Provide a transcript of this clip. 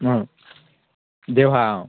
অঁ দেওহাঁহ অঁ